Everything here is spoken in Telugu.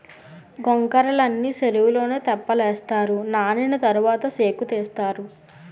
గొంకర్రలని సెరువులో తెప్పలేస్తారు నానిన తరవాత సేకుతీస్తారు